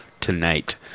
tonight